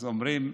אז אומרים: